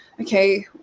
okay